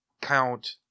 count